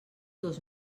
dos